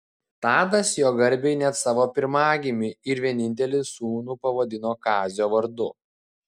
tadas jo garbei net savo pirmagimį ir vienintelį sūnų pavadino kazio vardu